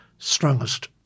strongest